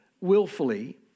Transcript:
willfully